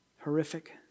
Horrific